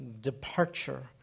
departure